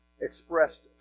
expressed